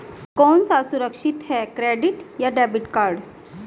कौन सा सुरक्षित है क्रेडिट या डेबिट कार्ड?